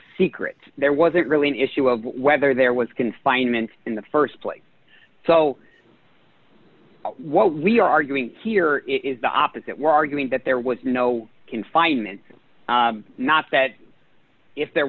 secret there wasn't really an issue of whether there was confinement in the st place so what we are arguing here is the opposite we're arguing that there was no confinement not that if there